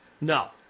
No